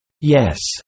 Yes